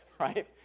right